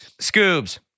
Scoobs